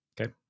Okay